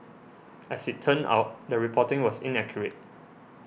as it turned out the reporting was inaccurate